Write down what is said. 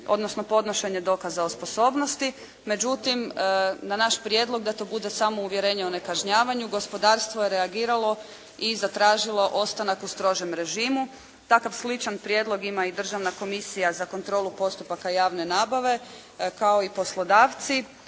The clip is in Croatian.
odnosno podnošenja dokaza o sposobnosti. Međutim, na naš prijedlog da to bude samo uvjerenje o nekažnjavanju gospodarstvo je reagiralo i zatražilo ostanak u strožem režimu. Takav sličan prijedlog ima i državna komisija za kontrolu postupaka javne nabave, kao i poslodavci,